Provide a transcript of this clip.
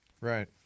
Right